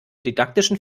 didaktischen